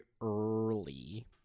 early